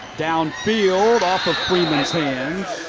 down field. off of freeman's hands.